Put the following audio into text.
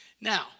Now